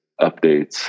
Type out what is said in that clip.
updates